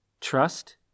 trust